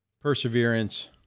perseverance